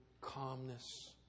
calmness